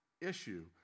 issue